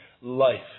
life